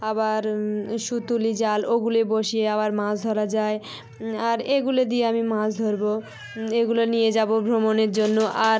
আবার সুতুলি জাল ওগুলি বসিয়ে আবার মাছ ধরা যায় আর এগুলো দিয়ে আমি মাছ ধরব এগুলো নিয়ে যাব ভ্রমণের জন্য আর